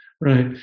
right